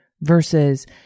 versus